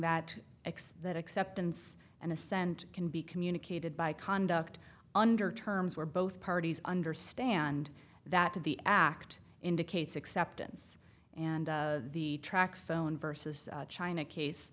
that x that acceptance and assent can be communicated by conduct under terms where both parties understand that the act indicates acceptance and the trac fone versus china case